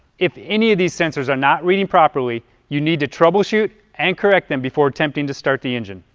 if any of these sensors are not reading properly, you need to troubleshoot and correct them before attempting to start the engine.